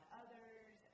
others